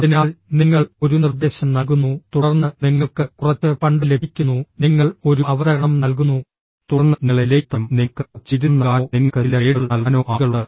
അതിനാൽ നിങ്ങൾ ഒരു നിർദ്ദേശം നൽകുന്നു തുടർന്ന് നിങ്ങൾക്ക് കുറച്ച് ഫണ്ട് ലഭിക്കുന്നു നിങ്ങൾ ഒരു അവതരണം നൽകുന്നു തുടർന്ന് നിങ്ങളെ വിലയിരുത്താനും നിങ്ങൾക്ക് കുറച്ച് ബിരുദം നൽകാനോ നിങ്ങൾക്ക് ചില ഗ്രേഡുകൾ നൽകാനോ ആളുകളുണ്ട്